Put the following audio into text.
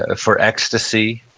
ah for ecstasy.